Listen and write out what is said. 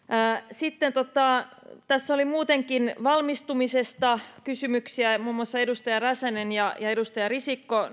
sitten tässä oli muutenkin valmistumisesta kysymyksiä muun muassa edustaja räsänen ja ja edustaja risikko